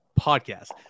podcast